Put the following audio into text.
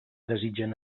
desitgen